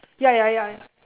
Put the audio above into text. ya ya ya